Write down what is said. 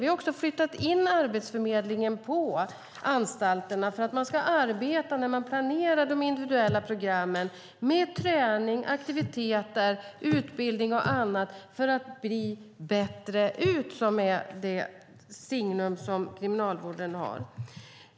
Vi har också flyttat in Arbetsförmedlingen på anstalterna för att när man planerar de individuella programmen arbeta med träning, aktiviteter, utbildning och annat, för att sprida Bättre ut, som är det signum som Kriminalvården har.